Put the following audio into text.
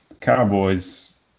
Cowboys